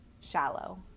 shallow